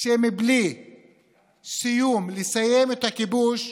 שבלי לסיים את הכיבוש,